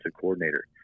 coordinator